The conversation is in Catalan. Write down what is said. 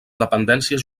dependències